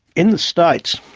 in the states,